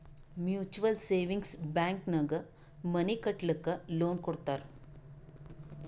mutual savings bank ನಾಗ್ money ಕಟ್ಟಲಕ್ಕ್ loan ಕೊಡ್ತಾರ್